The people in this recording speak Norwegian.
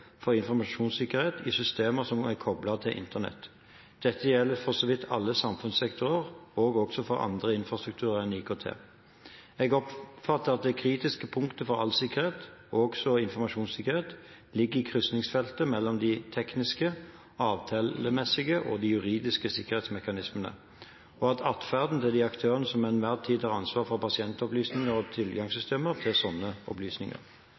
for informasjonssikkerhet i systemer som er koblet til internett. Dette gjelder for så vidt for alle samfunnssektorer og også for annen infrastruktur enn IKT. Jeg oppfatter at det kritiske punktet for all sikkerhet – også informasjonssikkerhet – ligger i krysningsfeltet mellom de tekniske, avtalemessige og juridiske sikkerhetsmekanismene og i atferden til de aktørene som til enhver tid har ansvaret for pasientopplysninger og tilgangssystemer til slike opplysninger.